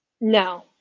No